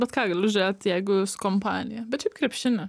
bet ką galiu žiūrėt jeigu su kompanija bet šiaip krepšinį